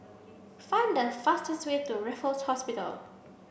find the fastest way to Raffles Hotel